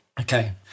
Okay